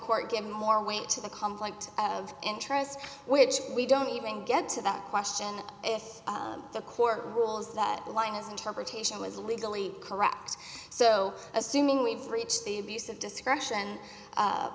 court give more weight to the conflict of interest which we don't even get to that question if the court rules that line his interpretation was legally correct so assuming we've reached the abuse of discretion